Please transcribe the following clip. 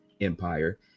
empire